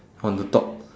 on the top